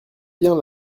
bien